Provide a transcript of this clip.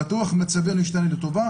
בטוח מצבנו ישתנו לטובה,